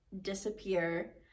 disappear